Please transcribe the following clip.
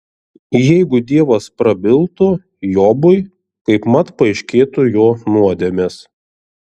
jeigu dievas prabiltų jobui kaipmat paaiškėtų jo nuodėmės